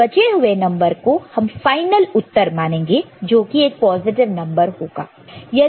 और बचे हुए नंबर को हम फाइनल उत्तर मानेंगे जोकि पॉजिटिव है